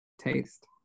taste